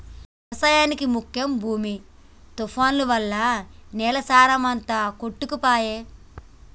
వ్యవసాయానికి ముఖ్యం భూమి తుఫాన్లు వల్ల నేల సారం అంత కొట్టుకపాయె